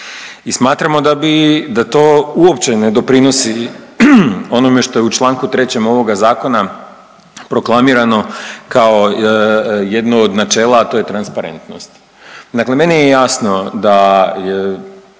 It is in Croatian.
I smatramo da bi, da to uopće ne doprinosi onome što je u članku 3. ovoga Zakona proklamirano kao jedno od načela, a to je transparentnost. Dakle, meni je jasno da